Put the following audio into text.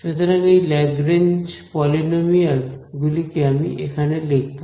সুতরাং এই Lagrange polynomial গুলিকে আমি এখানে লিখব